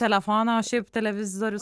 telefono šiaip televizorius